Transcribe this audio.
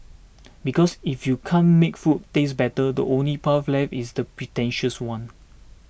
because if you can't make food taste better the only path left is the pretentious one